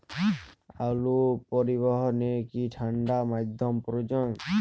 আলু পরিবহনে কি ঠাণ্ডা মাধ্যম প্রয়োজন?